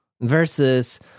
versus